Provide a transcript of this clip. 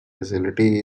facility